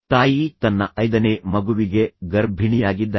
ತಾಯಿ ತನ್ನ ಐದನೇ ಮಗುವಿಗೆ ಗರ್ಭಿಣಿಯಾಗಿದ್ದಾರೆ